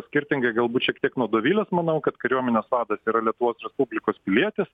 skirtingai galbūt šiek tiek nuo dovilės manau kad kariuomenės vadas yra lietuvos respublikos pilietis